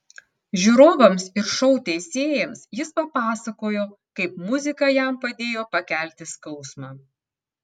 žiūrovams ir šou teisėjams jis papasakojo kaip muzika jam padėjo pakelti skausmą